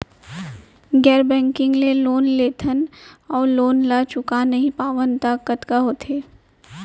गैर बैंकिंग ले लोन लेथन अऊ लोन ल चुका नहीं पावन त का होथे?